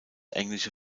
englische